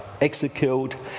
executed